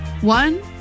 One